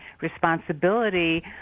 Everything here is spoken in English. responsibility